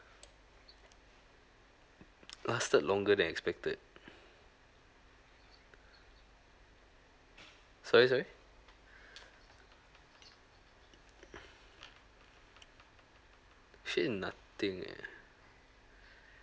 lasted longer than expected sorry sorry feel nothing eh